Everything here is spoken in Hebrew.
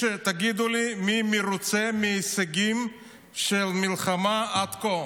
תגידו לי, מי מרוצה מההישגים של המלחמה עד כה?